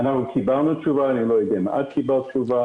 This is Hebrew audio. אנחנו קיבלנו תשובה ואני לא יודע אם את קיבלת תשובה.